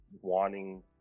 wanting